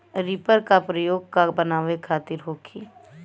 Reaper का प्रयोग का बनावे खातिन होखि?